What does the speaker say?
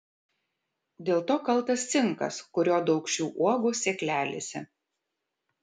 dėl to kaltas cinkas kurio daug šių uogų sėklelėse